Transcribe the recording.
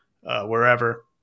wherever